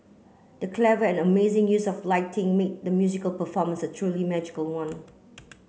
the clever and amazing use of lighting made the musical performance truly magical one